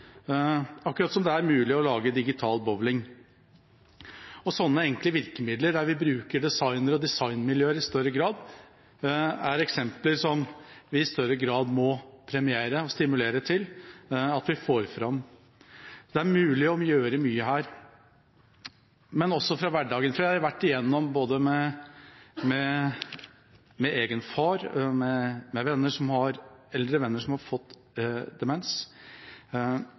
akkurat som det er mulig å lage digital bowling. Sånne enkle virkemidler, der vi bruker designere og designmiljøer i større grad, er eksempler som vi i større grad må premiere og stimulere til å få fram. Det er mulig å gjøre mye her. I hverdagen – jeg har vært igjennom dette både med egen far og med eldre venner som har fått demens